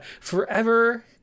Forever